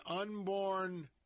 unborn